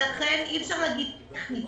לכן אי אפשר לומר: טכני.